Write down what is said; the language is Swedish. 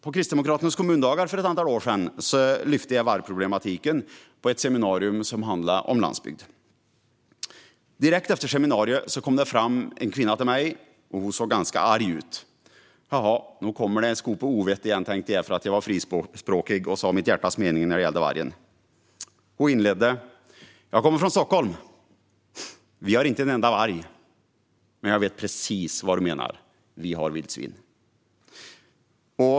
På Kristdemokraternas kommundagar för ett antal år sedan lyfte jag upp vargproblematiken på ett seminarium om landsbygd. Direkt efter seminariet kom en kvinna fram till mig. Hon såg ganska arg ut. Nu kommer det en skopa ovett igen eftersom jag var frispråkig och sa mitt hjärtas mening när det gäller vargen, tänkte jag. Hon inledde: "Jag kommer från Stockholm. Där har vi inte en enda varg. Men jag vet precis vad du menar; vi har vildsvin."